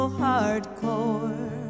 hardcore